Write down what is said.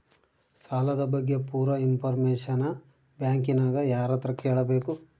ಸಾಲದ ಬಗ್ಗೆ ಪೂರ ಇಂಫಾರ್ಮೇಷನ ಬ್ಯಾಂಕಿನ್ಯಾಗ ಯಾರತ್ರ ಕೇಳಬೇಕು?